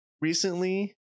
Recently